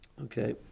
Okay